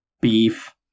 beef